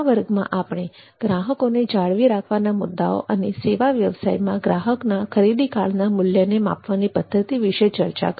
આ વર્ગમાં આપણે ગ્રાહકોને જાળવી રાખવાના મુદ્દાઓ અને સેવા વ્યવસાયમાં ગ્રાહકના ખરીદીકાળના મૂલ્યને માપવાની પદ્ધતિ વિષે ચર્ચા કરી